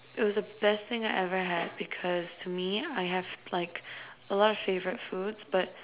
it was the best thing I ever had because to me I have a lot of favourite foods but